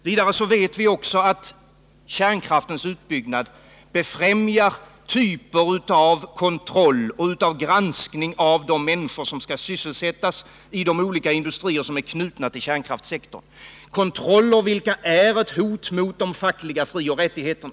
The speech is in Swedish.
Vidare vet vi att kärnkraftens utbyggnad befrämjar typer av kontroll och granskning av de människor som skall sysselsättas i de olika industrier som är knutna till kärnkraftssektorn — kontroller vilka är ett hot mot de fackliga frioch rättigheterna.